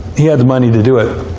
he had the money to do it.